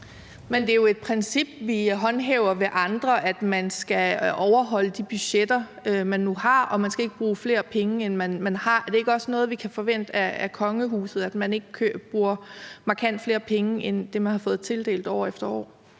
Men det er jo et princip, vi håndhæver over for andre, at man skal overholde de budgetter, man nu har, og at man ikke skal bruge flere penge, end man har. Er det ikke også noget, vi kan forvente af kongehuset – at man ikke bruger markant flere penge end det, man har fået tildelt år efter år?